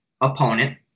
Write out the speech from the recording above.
opponent